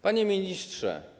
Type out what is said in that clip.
Panie Ministrze!